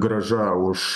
grąža už